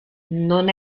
non